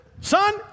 son